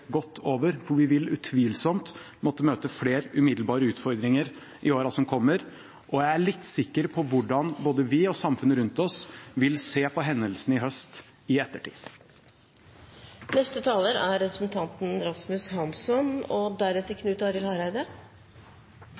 godt over, for vi vil utvilsomt måtte møte flere umiddelbare utfordringer i åra som kommer, og jeg er litt sikker på hvordan både vi og samfunnet rundt oss i ettertid vil se på hendelsene i høst. Det går litt over stokk og stein for tida i asylpolitikken, og dette vedtaket fra mandag, som nå er